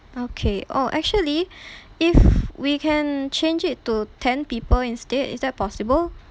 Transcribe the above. okay oh actually if we can change it to ten people instead is that possible